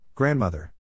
Grandmother